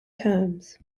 terms